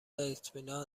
اطمینان